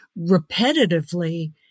repetitively